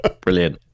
Brilliant